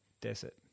Desert